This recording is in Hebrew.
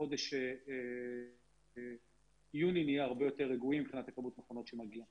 חודש יוני נהיה הרבה יותר רגועים מבחינת כמות המכונות שמגיעה